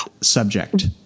subject